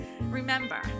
remember